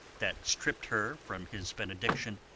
that stripp'd her from his benediction,